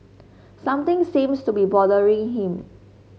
something seems to be bothering him